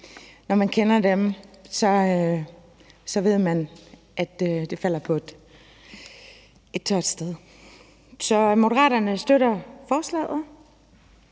når man kender dem, ved man, at det falder på et tørt sted. Så Moderaterne støtter forslaget.